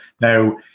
Now